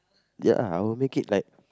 ya lah I will make it like